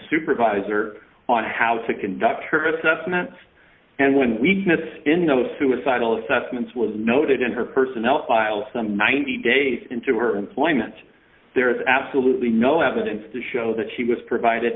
supervisor on how to conduct her assessments and one weakness in those suicidal assessments was noted in her personnel file some ninety days into her employment there is absolutely no evidence to show that she was provided